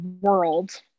world